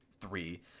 three